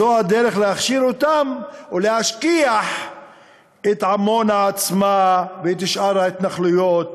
זו הדרך להכשיר אותם ולהשכיח את עמונה עצמה ואת שאר ההתנחלויות,